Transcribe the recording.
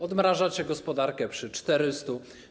Odmrażacie gospodarkę przy 400.